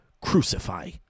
Crucify